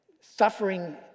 suffering